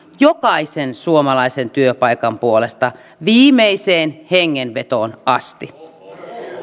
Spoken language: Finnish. jokaisen suomalaisen työpaikan puolesta viimeiseen hengenvetoon asti